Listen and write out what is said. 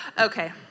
Okay